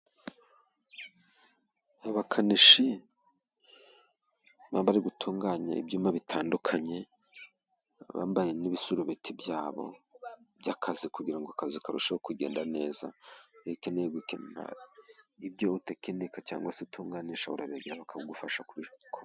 Abakanishi baba bari gutunganya ibyuma bitandukanye, bambaye n'ibisurubeti byabo by'akazi kugira ngo kazi karusheho kugenda neza. Iyo ukeneye gukenera ibyo utekinika cyangwa se utunganya ushobora kujyayo bakagufasha kubikora.